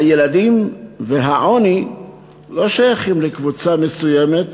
הילדים והעוני לא שייכים לקבוצה מסוימת,